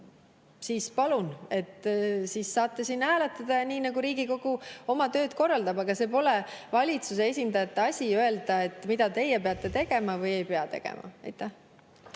siis palun, saate siin hääletada, nii nagu Riigikogu oma tööd korraldab. Aga see pole valitsuse esindajate asi öelda, mida teie peate tegema või ei pea tegema. Aitäh!